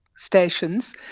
stations